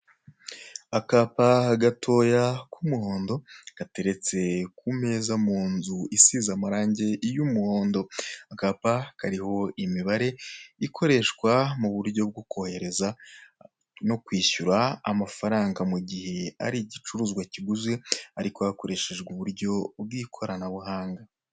Akapa gatoya k'umuhondo gateretse ku meza mu nzu isize amarange y'umuhondo, akapa kariho imibare ikoreshwa mu buryo bwo kohereza no kwishyura amafaranga mu gihe hari igicuruzwa kiguzwe, ariko hakoresheje uburyo bw'ikoranabuhanga.